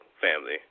family